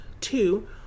two